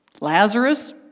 Lazarus